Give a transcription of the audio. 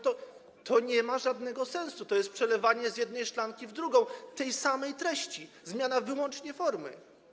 To nie ma żadnego sensu, to jest przelewanie z jednej szklanki w drugą tej samej treści, zmiana wyłącznie formy.